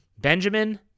Benjamin